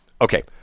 Okay